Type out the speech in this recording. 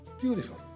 Beautiful